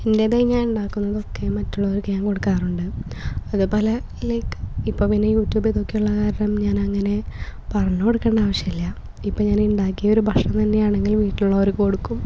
എൻറ്റേതായി ഞാൻ ഉണ്ടാക്കുന്നതൊക്കെ മറ്റുള്ളവർക്ക് ഞാൻ കൊടുക്കാറുണ്ട് അതേപോലെ ലൈക് ഇപ്പം പിന്നെ യുട്യൂബി നോക്കിയുള്ള കാരണം ഞാനങ്ങനെ പറഞ്ഞ് കൊടുക്കേണ്ട ആവശ്യമില്ല ഇപ്പം ഞാനുണ്ടാക്കിയൊരു ഭക്ഷണം തന്നെ ആണെങ്കിലും വീട്ടിലുള്ളവർക്ക് കൊടുക്കും